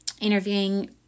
interviewing